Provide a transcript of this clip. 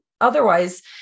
otherwise